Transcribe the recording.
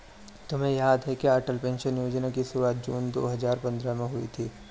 तुम्हें याद है क्या अटल पेंशन योजना की शुरुआत जून दो हजार पंद्रह में हुई थी?